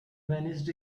vanished